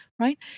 right